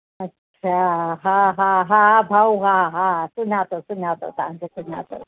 अछा हा हा हा भाऊ हा हा सुञातो सुञातो तव्हांखे सुञातो